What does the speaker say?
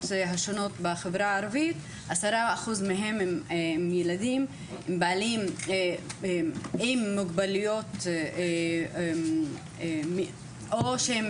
השונות בחברה הערבית הם ילדים בעלי מוגבלויות או שהם